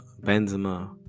benzema